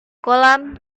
kolam